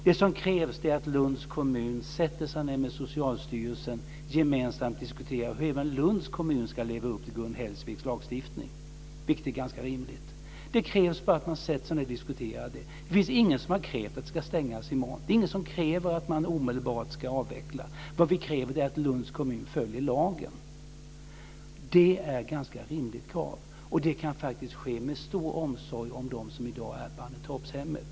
Det som krävs är att Lunds kommun sätter sig ned med Socialstyrelsen och gemensamt diskuterar hur hela Lunds kommun ska leva upp till Gun Hellsviks lagstiftning. Det är ganska rimligt. Det krävs bara att man sätter sig ned och diskuterar det. Det är ingen som har krävt att hemmet ska stängas i morgon. Det är ingen som kräver att man omedelbart ska avveckla det. Vad vi kräver är att Lunds kommun följer lagen. Det är ett ganska rimligt krav, och det kan ske med stor omsorg om dem som i dag är på Annetorpshemmet.